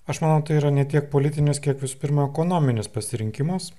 aš manau tai yra ne tiek politinius kiek visų pirma ekonominis pasirinkimas